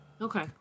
Okay